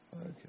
Okay